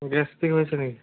gastric হৈছে নেকি